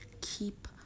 keep